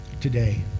today